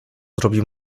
zrobił